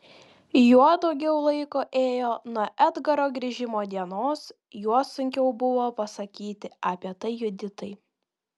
juo daugiau laiko ėjo nuo edgaro grįžimo dienos juo sunkiau buvo pasakyti apie tai juditai